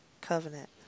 Covenant